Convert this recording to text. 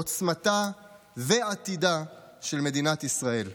עוצמתה ועתידה של מדינת ישראל.